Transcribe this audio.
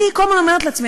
אני כל הזמן אומרת לעצמי,